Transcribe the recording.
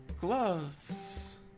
gloves